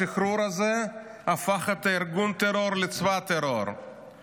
השחרור הזה הפך את ארגון הטרור לצבא טרור.